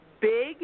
big